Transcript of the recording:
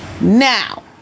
Now